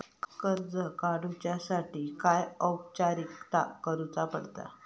कर्ज काडुच्यासाठी काय औपचारिकता करुचा पडता?